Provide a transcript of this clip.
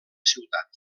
ciutat